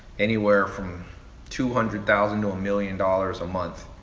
anywhere from two hundred thousand to a million dollars a month,